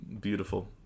beautiful